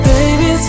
Baby